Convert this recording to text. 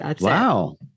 wow